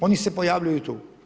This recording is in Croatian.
Oni se pojavljuju tu.